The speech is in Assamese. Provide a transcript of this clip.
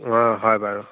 অ হয় বাৰু